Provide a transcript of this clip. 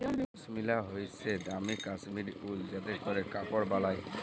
পশমিলা হইসে দামি কাশ্মীরি উল যাতে ক্যরে কাপড় বালায়